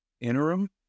Interim